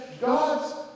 God's